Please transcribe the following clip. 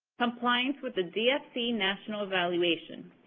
compliance with the dfc national evaluation.